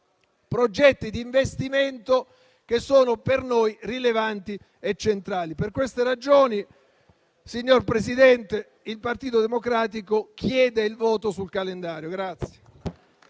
progetti di investimento per noi rilevanti e centrali. Per queste ragioni, signor Presidente, il Partito Democratico chiede il voto sul calendario.